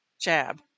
jab